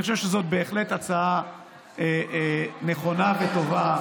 אני חושב שזאת בהחלט הצעה נבונה וטובה.